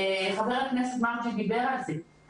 ח"כ מרגי דיבר על זה,